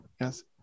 Yes